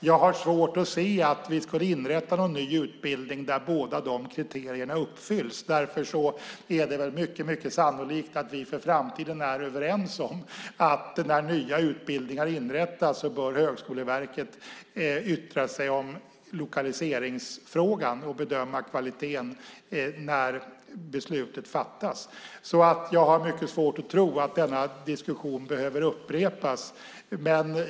Jag har svårt att se att vi skulle inrätta en ny utbildning där båda de kriterierna uppfylls. Därför är det mycket sannolikt att vi för framtiden är överens om att när nya utbildningar inrättas, när beslutet fattas, bör Högskoleverket yttra sig om lokaliseringsfrågan samt bedöma kvaliteten. Jag har alltså mycket svårt att tro att denna diskussion behöver upprepas.